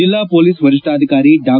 ಜಿಲ್ಲಾ ಹೋಲಿಸ್ ವರಿಷ್ಣಾಧಿಕಾರಿ ಡಾ